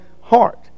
heart